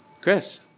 Chris